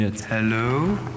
Hello